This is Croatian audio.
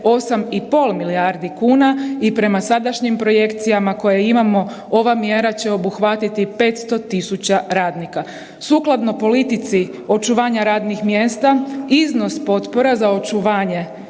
8,5 milijardi kuna i prema sadašnjim projekcijama koje imamo ova mjera će obuhvatiti 500.000 radnika. Sukladno politici očuvanja radnih mjesta iznos potpora za očuvanje